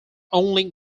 only